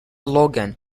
logan